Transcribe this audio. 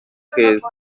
keza